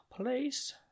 place